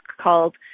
called